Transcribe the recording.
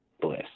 bliss